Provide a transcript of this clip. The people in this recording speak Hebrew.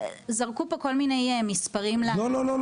זרקו פה גל מיני מספרים לאוויר.